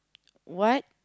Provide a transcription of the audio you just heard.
what